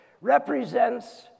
represents